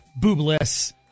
Boobless